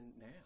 now